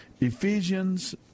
Ephesians